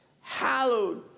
hallowed